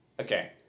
Okay